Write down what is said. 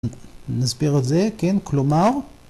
נסביר את זה, כן? כלומר...